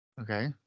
Okay